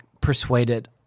persuaded –